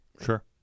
Sure